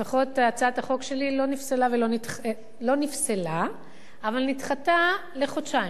לפחות ההצעה שלי לא נפסלה, אבל נדחתה לחודשיים,